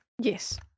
Yes